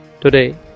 Today